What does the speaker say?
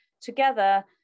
together